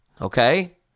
Okay